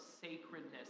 sacredness